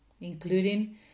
including